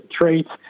traits